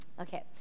Okay